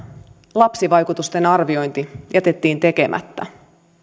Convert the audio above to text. lapsivaikutusten arviointi jätettiin tekemättä